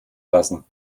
lassen